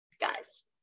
guys